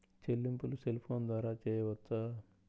చెల్లింపులు cell phone ద్వారా చేయవచ్చా?